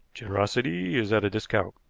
generosity is at a discount,